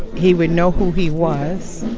he would know who he was,